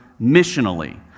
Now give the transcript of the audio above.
missionally